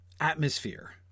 atmosphere